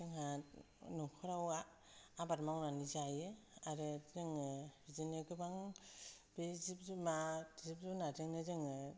जोंहा न'खराव आबाद मावनानै जायो आरो जोङो बिदिनो गोबां बे जिब जुनार मा जिब जुनार जोंनो जोङो